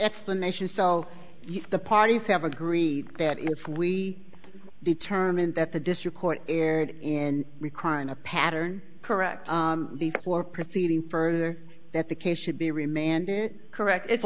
explanation so the parties have agreed that if we determined that the district court erred in requiring a pattern correct before proceeding further that the case should be remanded correct it's